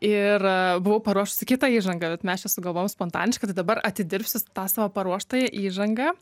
ir buvau paruošusi kitą įžangą bet mes čia sugalvojom spontaniškai tai dabar atidirbsiu tą savo paruoštąją įžangą